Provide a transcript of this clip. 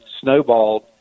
snowballed